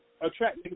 attract